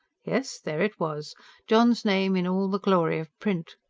yes, there it was john's name in all the glory of print.